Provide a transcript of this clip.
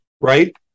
right